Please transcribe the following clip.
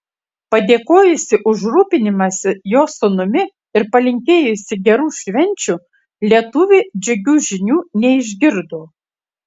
padėkojusi už rūpinimąsi jos sūnumi ir palinkėjusi gerų švenčių lietuvė džiugių žinių neišgirdo